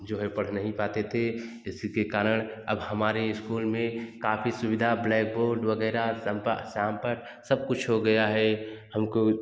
जो है पढ़ नहीं पाते थे इसी के कारण अब हमारे इस्कूल में काफ़ी सुविधा ब्लैकबोर्ड वग़ैरह शंपा श्यामपठ सब कुछ हो गया है हम को